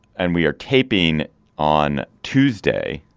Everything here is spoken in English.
and we are taping on tuesday.